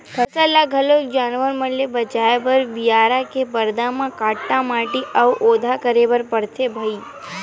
फसल ल घलोक जानवर मन ले बचाए बर बियारा के परदा म काटा माटी अउ ओधा करे बर परथे भइर